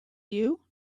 you